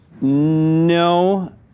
No